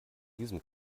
diesem